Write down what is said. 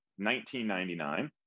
$19.99